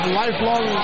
lifelong